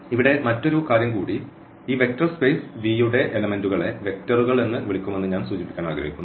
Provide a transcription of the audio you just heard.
ഇവിടെ മറ്റൊരു കാര്യം കൂടി ഈ വെക്റ്റർ സ്പേസ് V യുടെ എലെമെന്റുകളെ വെക്ടറുകൾ എന്ന് വിളിക്കുമെന്ന് ഞാൻ സൂചിപ്പിക്കാൻ ആഗ്രഹിക്കുന്നു